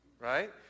right